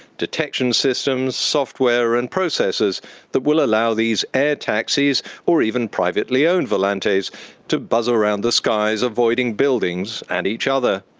detection systems, software and processors that will allow these air taxis or even privately-owned volantes to buzz around the skies avoiding buildings and each other.